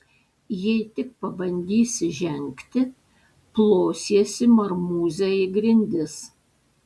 jei tik pabandysi žengti plosiesi marmūze į grindis